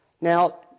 Now